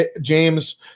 James